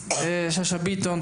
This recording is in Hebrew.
הכנסת שאשא ביטון,